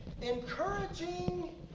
Encouraging